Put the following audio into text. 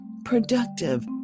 Productive